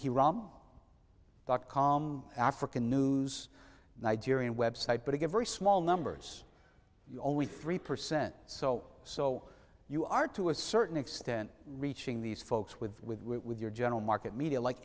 he rom dot com african news nigerian website but again very small numbers only three percent so so you are to a certain extent reaching these folks with with with your general market media like